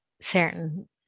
certain